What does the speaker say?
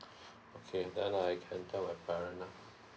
okay then I can tell my parent lah